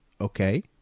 okay